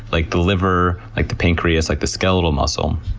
like the liver, like the pancreas, like the skeletal muscle,